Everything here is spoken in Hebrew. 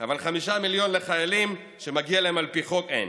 אבל 5 מיליון לחיילים, שמגיע להם על פי חוק, אין.